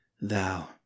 Thou